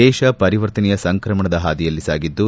ದೇಶ ಪರಿವರ್ತನೆಯ ಸಂಕ್ರಮಣದ ಹಾದಿಯಲ್ಲಿ ಸಾಗಿದ್ದು